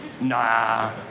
nah